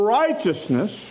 righteousness